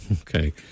okay